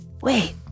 Wait